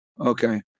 Okay